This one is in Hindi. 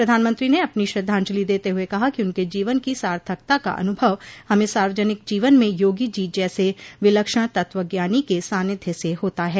प्रधानमंत्री ने अपनी श्रद्धाजंलि देते हुए कहा कि उनके जीवन की सार्थकता का अनुभव हमें सार्वजनिक जीवन में योगी जी जैसे विलक्षण तत्वज्ञानी के सान्निध्य से होता है